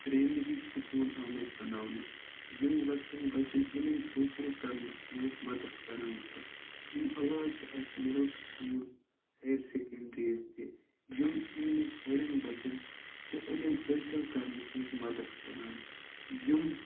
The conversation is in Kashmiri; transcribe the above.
پریمرِی سکول آمٕتۍ بناونہٕ یِم لۄکٹؠن بچَن علِم حٲصِل کَرنَس منٛز مدد کران چھِ امہِ علاوٕ چھِ اَسہِ مِڈَل سکول ہایَر سیٚکنٛڈریٖز تہِ یِم امہِ نِش بَڑؠن بَچَن چھِ علم حٲصِل کَرنَس منٛز مدَد کران یِم